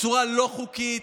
בצורה לא חוקית,